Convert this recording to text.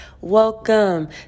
Welcome